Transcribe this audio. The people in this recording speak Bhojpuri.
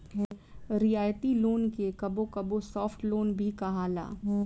रियायती लोन के कबो कबो सॉफ्ट लोन भी कहाला